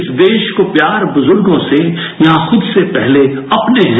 इस देश को प्यार बुजुर्गों से यहां खुद से पहले अपने है